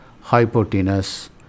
hypotenuse